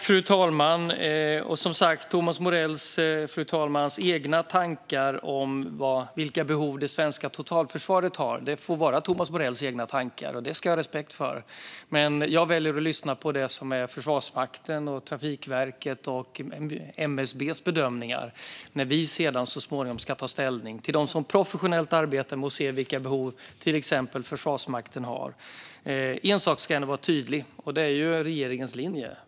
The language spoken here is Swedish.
Fru talman! Thomas Morells egna tankar om vilka behov det svenska totalförsvaret har får som sagt vara Thomas Morells egna tankar. Det har jag respekt för, men jag väljer att lyssna på det som är Försvarsmaktens, Trafikverkets och MSB:s bedömningar när vi så småningom ska ta ställning. Det är de som professionellt arbetar med att se vilka behov till exempel Försvarsmakten har. En sak ska jag var tydlig med, och det är regeringens linje.